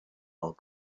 are